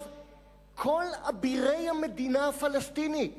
כל אבירי המדינה הפלסטינית